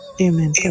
amen